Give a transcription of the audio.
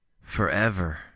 forever